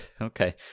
Okay